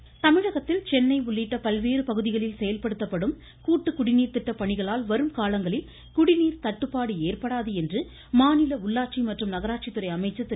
வேலுமணி தமிழகத்தில் சென்னை உள்ளிட்ட பல்வேறு பகுதிகளில் செயல்படுத்தப்படும் கூட்டுக் குடிநீர் திட்டப் பணிகளால் வரும் காலங்களில் குடிநீர் தட்டுப்பாடு ஏற்படாது என்று உள்ளாட்சி மற்றும் நகராட்சித் துறை அமைசச்ர் திரு